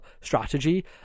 strategy